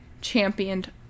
championed